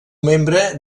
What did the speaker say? membre